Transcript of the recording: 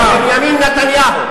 מר בנימין נתניהו,